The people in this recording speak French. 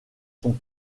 sont